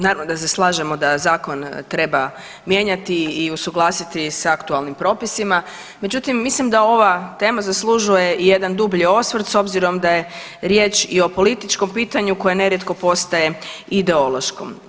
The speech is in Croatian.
Naravno da se slažemo da zakon treba mijenjati i usuglasiti sa aktualnim propisima, međutim mislim da ova tema zaslužuje i jedan dublji osvrt s obzirom da je riječ i o političkom pitanju koje nerijetko postaje ideološko.